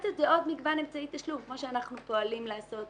האפליקציה היא עוד מגוון אמצעי תשלום כמו שאנחנו פועלים לעשות